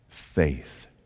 Faith